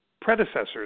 predecessors